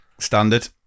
Standard